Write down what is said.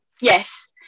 Yes